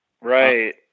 Right